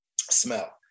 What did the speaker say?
smell